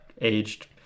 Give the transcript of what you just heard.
aged